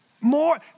More